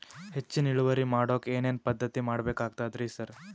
ಹೆಚ್ಚಿನ್ ಇಳುವರಿ ಮಾಡೋಕ್ ಏನ್ ಏನ್ ಪದ್ಧತಿ ಮಾಡಬೇಕಾಗ್ತದ್ರಿ ಸರ್?